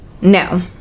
No